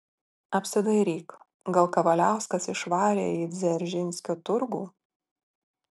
apsidairyk gal kavaliauskas išvarė į dzeržinskio turgų